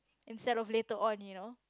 instead of later on you know